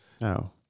No